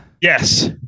Yes